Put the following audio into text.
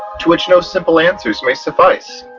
to which no simple answers may suffice.